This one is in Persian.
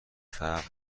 فقر